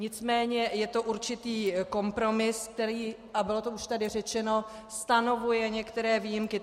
Nicméně je to určitý kompromis, a bylo to už tady řečeno, který stanovuje některé výjimky.